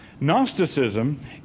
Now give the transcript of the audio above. gnosticism